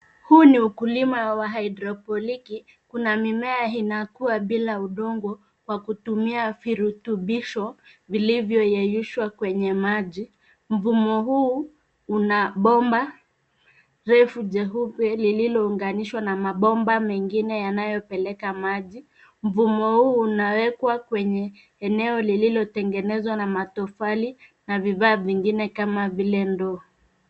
Huu ni ukulima wa haidroponiki kuna mimea inakua bila udongo kwa kutumia virutubisho vilivyoyeyushwa kwenye maji. Mfumo huu una bomba refu jeupe lililounganishwa na mabomba mengine yanayopeleka maji. Mfumo huu unawekwa kwenye eneo lililotengenezwa na matofali na vifaa vingine kama vile ndoo